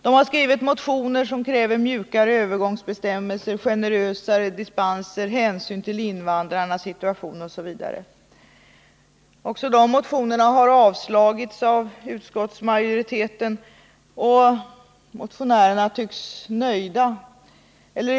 De har skrivit motioner som kräver mjukare övergångsbestämmelser, generösare dispenser, hänsyn till invandrarnas situation osv. De motionerna har också avstyrkts av utskottsmajoriteten, och motionärerna tycks vara nöjda.